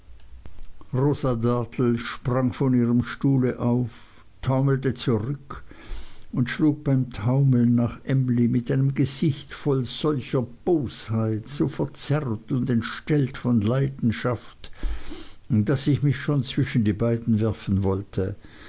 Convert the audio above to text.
dartle sprang von ihrem stuhle auf taumelte zurück und schlug beim taumeln nach emly mit einem gesicht voll solcher bosheit so verzerrt und entstellt von leidenschaft daß ich mich schon zwischen die beiden werfen wollte